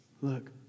look